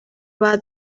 باید